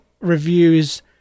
reviews